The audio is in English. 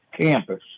campus